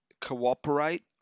cooperate